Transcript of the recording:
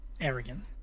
Arrogant